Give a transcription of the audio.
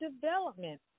development